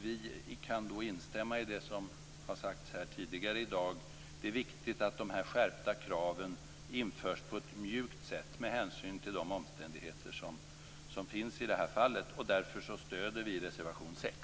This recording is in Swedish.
Vi kan instämma i det som har sagts här tidigare i dag. Det är viktigt att de skärpta kraven införs på ett mjukt sätt, med hänsyn till de omständigheter som finns i det här fallet. Därför stöder vi reservation 6.